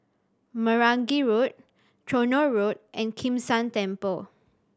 Meragi Road Tronoh Road and Kim San Temple